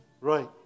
Right